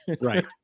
right